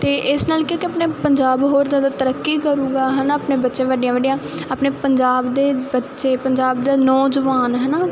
ਅਤੇ ਇਸ ਨਾਲ ਕੀ ਹੈ ਕਿ ਆਪਣਾ ਪੰਜਾਬ ਹੋਰ ਜ਼ਿਆਦਾ ਤਰੱਕੀ ਕਰੂਗਾ ਹੈ ਨਾ ਆਪਣੇ ਬੱਚੇ ਵੱਡੀਆਂ ਵੱਡੀਆਂ ਆਪਣੇ ਪੰਜਾਬ ਦੇ ਬੱਚੇ ਪੰਜਾਬ ਦਾ ਨੌਜਵਾਨ ਹੈ ਨਾ